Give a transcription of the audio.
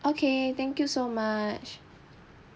okay thank you so much